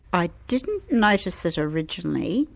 i didn't notice it originally,